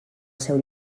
seu